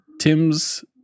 Tim's